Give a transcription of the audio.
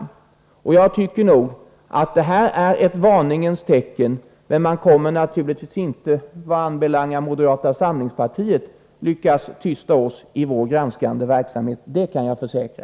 Jag tycker nog att detta är ett varningens tecken. Men man kommer naturligtvis inte, vad moderata samlingspartiet anbelangar, att lyckas tysta oss i vår granskande verksamhet — det kan jag försäkra.